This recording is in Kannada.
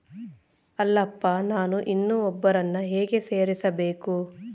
ಅಲ್ಲಪ್ಪ ನಾನು ಇನ್ನೂ ಒಬ್ಬರನ್ನ ಹೇಗೆ ಸೇರಿಸಬೇಕು?